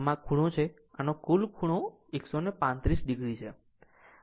આમ આ ખૂણો છે આ કુલ ખૂણો 135 o છે